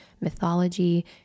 mythology